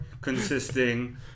consisting